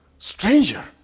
Stranger